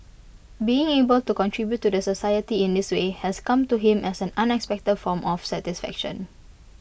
being able to contribute to the society in this way has come to him as an unexpected form of satisfaction